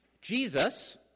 Jesus